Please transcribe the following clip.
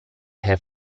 her